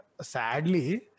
sadly